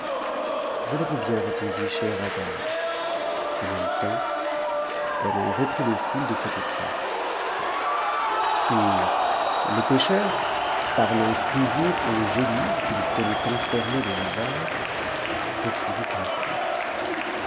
je le veux bien répondit scheherazade en même temps elle en reprit le fil de cette sorte sire le pêcheur parlant toujours au génie qu'il tenait enfermé dans le vase poursuivit ainsi